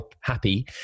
happy